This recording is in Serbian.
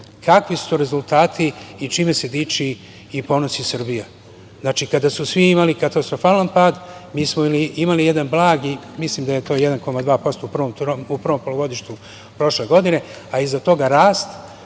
kakvi su rezultati i čime se diči i ponosi Srbija. Znači, kada su svi imali katastrofalan pad mi smo imali jedan blagi, mislim da je to 1,2% u prvom polugodištu prošle godine, a iza toga rast